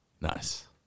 Nice